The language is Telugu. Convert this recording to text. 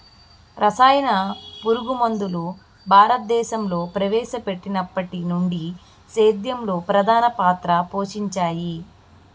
రసాయన పురుగుమందులు భారతదేశంలో ప్రవేశపెట్టినప్పటి నుండి సేద్యంలో ప్రధాన పాత్ర పోషించాయి